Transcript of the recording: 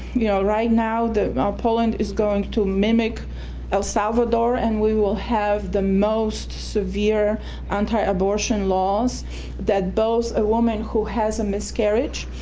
you know, right now the poland is going to mimic el salvador, and we will have the most severe anti-abortion laws that both a woman who has a miscarriage,